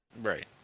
Right